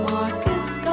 Marcus